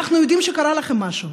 אנחנו יודעים שקרה לכם משהו,